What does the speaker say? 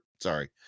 sorry